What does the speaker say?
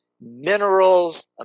minerals